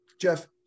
jeff